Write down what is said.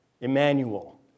Emmanuel